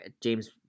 James